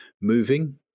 moving